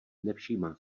nevšímá